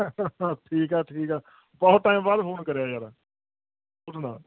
ਠੀਕ ਆ ਠੀਕ ਆ ਬਹੁਤ ਟਾਈਮ ਬਾਅਦ ਫ਼ੋਨ ਕਰਿਆ ਯਾਰ ਸੁਣਾ